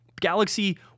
Galaxy